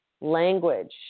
Language